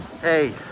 hey